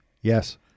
Yes